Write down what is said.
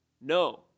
No